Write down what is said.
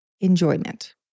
enjoyment